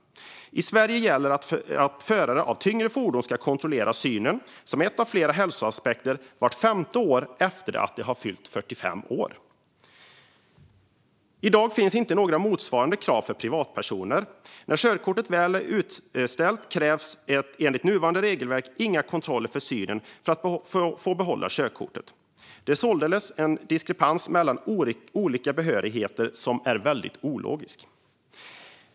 I Sverige gäller att förare av tyngre fordon ska kontrollera synen som en av flera hälsoaspekter vart femte år efter att de har fyllt 45 år. I dag finns inte några motsvarande krav för privatpersoner. När körkortet väl är utställt krävs enligt nuvarande regelverk inga fler kontroller av synen för att man ska få behålla körkortet. Det är en diskrepans mellan olika behörigheter som är väldigt ologisk.